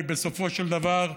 כי בסופו של דבר,